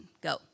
Go